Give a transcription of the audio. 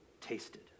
tasted